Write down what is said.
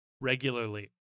regularly